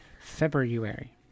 February